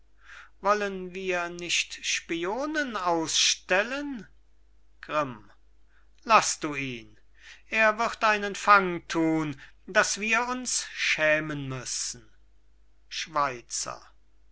wollen wir nicht spionen ausstellen grimm laß du ihn er wird einen fang thun daß wir uns schämen müssen schweizer